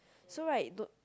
so right don't